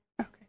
Okay